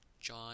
John